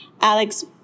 Alex